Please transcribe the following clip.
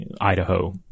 Idaho